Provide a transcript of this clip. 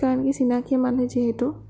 কাৰণ কি চিনাকি মানুহ যিহেতু